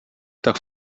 tak